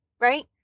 Right